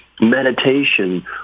meditation